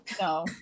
no